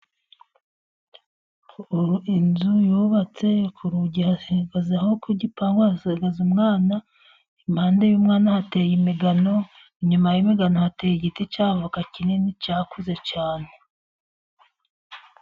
Inzu yubatse ku rugi hahagaze umwana, impande y'umwana hateye imigano, inyuma y'imigano hateye igiti cy'avoka kinini cyakuze cyane.